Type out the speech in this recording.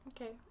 Okay